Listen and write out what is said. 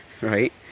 right